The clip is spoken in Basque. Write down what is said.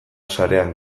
sarean